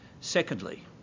Secondly